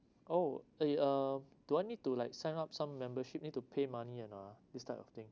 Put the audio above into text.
oh eh uh do I need to like sign up some membership need to pay money or not ah this type of thing